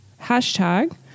hashtag